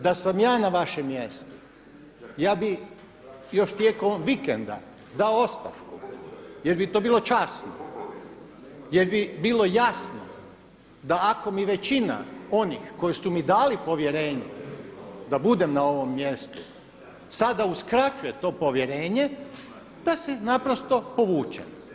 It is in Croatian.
Da sam ja na vašem mjestu ja bih još tijekom ovog vikenda dao ostavku jer bi to bilo časno, jer bi bilo jasno da ako mi većina onih koji su mi dali povjerenje da budem na ovom mjestu, sada uskraćuje to povjerenje da se naprosto povučem.